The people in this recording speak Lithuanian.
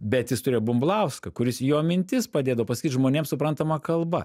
bet jis turėjo bumblauską kuris jo mintis padėdavo pasakyt žmonėm suprantama kalba